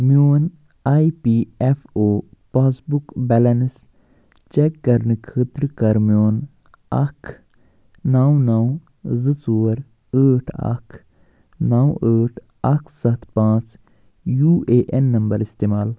میٛون I P F O passbook balance check کَرنہٕ خٲطرٕ کَر میٛون اَکھ نو نو زٕ ژور ٲٹھ اَکھ نو ٲٹھ اَکھ سَتھ پاںٛژھ یوٗ اےٚ این نمبر اِستعمال